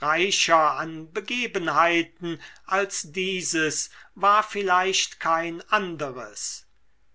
reicher an begebenheiten als dieses war vielleicht kein anderes